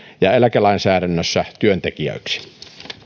ja eläkelainsäädännössä työntekijöiksi